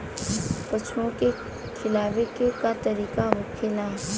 पशुओं के खिलावे के का तरीका होखेला?